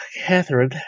Catherine